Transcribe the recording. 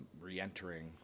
re-entering